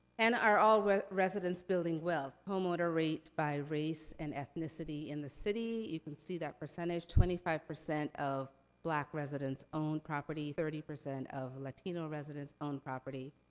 and are all residents building wealth? homeowner rate by race and ethnicity in the city. you can see that percentage. twenty five percent of black residents own property, thirty percent of latino residents own property,